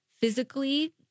Physically